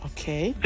Okay